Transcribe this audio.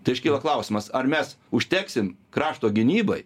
tai iškyla klausimas ar mes užteksim krašto gynybai